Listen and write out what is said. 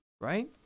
right